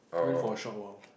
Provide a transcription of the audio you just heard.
went for a short while